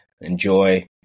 Enjoy